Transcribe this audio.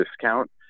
discount